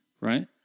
right